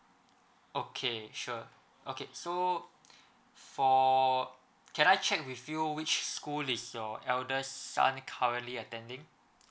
okay sure okay so for can I check with you which school lists your elders son currently attending